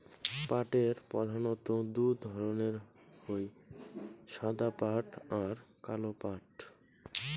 পাটের প্রধানত্ব দু ধরণের হই সাদা পাট আর কালো পাট